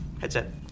headset